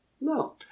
No